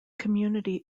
community